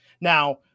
Now